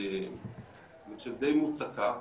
אני חושב די מוצקה,